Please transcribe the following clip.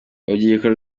urubyiruko